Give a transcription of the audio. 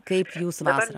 kaip jūsų vasara